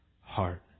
heart